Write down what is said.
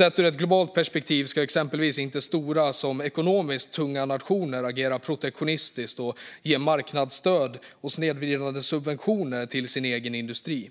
I ett globalt perspektiv ska exempelvis såväl stora som ekonomiskt tunga nationer inte agera protektionistiskt och ge marknadsstöd och snedvridande subventioner till den egna industrin.